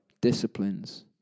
disciplines